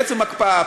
בעצם הקפאה,